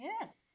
Yes